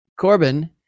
Corbin